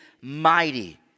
mighty